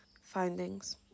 findings